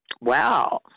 Wow